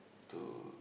to